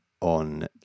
on